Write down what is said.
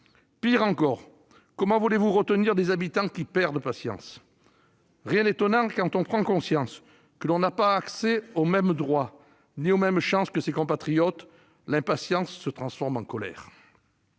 Pis encore, comment voulez-vous y retenir des habitants qui perdent patience ? Cela n'a rien d'étonnant : quand on prend conscience que l'on n'a accès ni aux mêmes droits ni aux mêmes chances que ses compatriotes, l'impatience se transforme en colère.